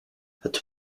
het